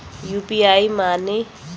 UPI माने?